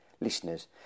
Listeners